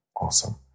awesome